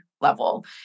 level